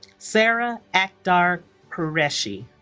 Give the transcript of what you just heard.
sarah akhtar qureshi